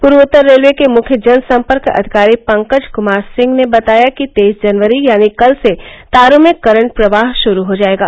पूर्वोत्तर रेलवे के मुख्य जनसम्पर्क अधिकारी पंकज कुमार सिंह ने बताया कि तेईस जनवरी यानी कल से तारों में करंट प्रवाह शुरू हो जायेगा